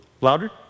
Louder